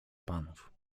panów